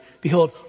Behold